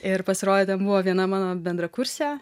ir pasirodo ten buvo viena mano bendrakursė